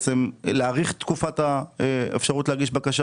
להאריך את תקופת האפשרות להגיש בקשה